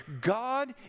God